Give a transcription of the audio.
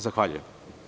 Zahvaljujem.